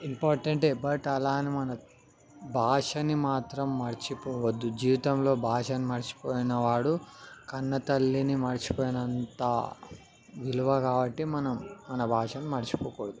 ఇంపార్టెంటే బట్ అలా అని మనం భాషని మాత్రం మరచిపోవద్దు జీవితంలో భాషను మరచిపోయిన వాడు కన్నతల్లిని మరచిపోయినంత విలువ కాబట్టి మనం మన భాషను మరచిపోకూడదు